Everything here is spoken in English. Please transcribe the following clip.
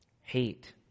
hate